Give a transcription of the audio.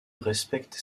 respecte